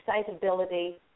excitability